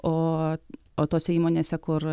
o o tose įmonėse kur